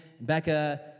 Becca